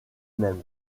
même